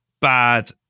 bad